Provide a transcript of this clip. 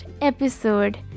episode